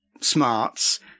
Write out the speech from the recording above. smarts